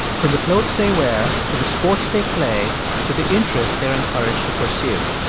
from the clothes they wear to the sports they play to the interests they're encouraged to pursue.